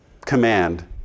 command